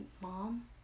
mom